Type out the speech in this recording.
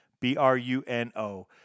B-R-U-N-O